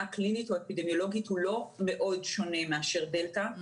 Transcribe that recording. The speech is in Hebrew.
קלינית או אפידמיולוגית הוא לא מאוד שונה מאשר דלתא,